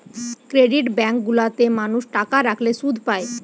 credit bank গুলা তে মানুষ টাকা রাখলে শুধ পায়